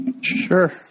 sure